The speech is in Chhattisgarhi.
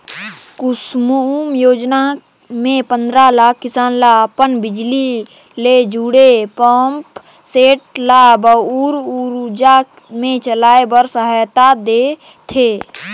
कुसुम योजना मे पंदरा लाख किसान ल अपन बिजली ले जुड़े पंप सेट ल सउर उरजा मे चलाए बर सहायता देह थे